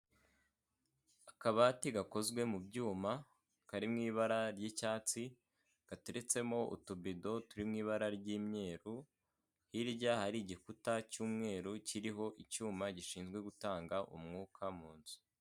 Akabati gakozwe mu byuma kari mu ibara ry'icyatsi, gateretsemo utubido turi mu ibara ry'imyeru, hirya hari igikuta cy'umweru kiriho icyuma gishinzwe gutanga umwuka mu nzu.